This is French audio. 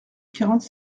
quarante